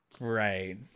Right